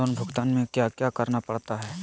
loan भुगतान में क्या क्या करना पड़ता है